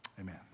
Amen